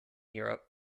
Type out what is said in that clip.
europe